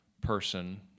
person